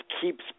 keeps